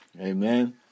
Amen